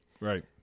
Right